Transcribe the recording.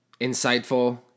insightful